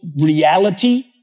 reality